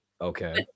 Okay